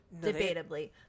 Debatably